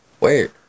wait